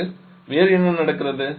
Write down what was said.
பிறகு வேறு என்ன நடக்கிறது